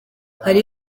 hari